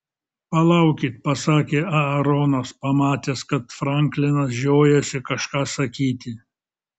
palaukit pasakė aaronas pamatęs kad franklinas žiojasi kažką sakyti